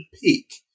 peak